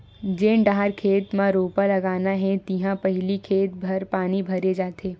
जेन डहर खेत म रोपा लगाना हे तिहा पहिली खेत भर पानी भरे जाथे